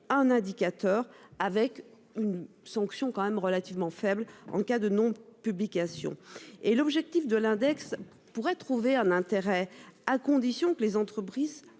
indicateur avec une sanction quand même relativement faible en cas de non-publication et l'objectif de l'index pourrait trouver un intérêt à condition que les entreprises